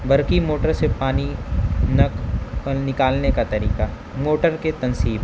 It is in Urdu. برقی موٹر سے پانی نکالنے کا طریقہ موٹر کے تنصیب